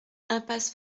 impasse